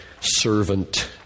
servant